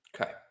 Okay